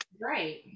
Right